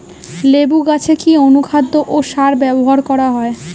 লেবু গাছে কি অনুখাদ্য ও সার ব্যবহার করা হয়?